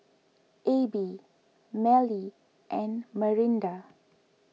Abie Mallie and Marinda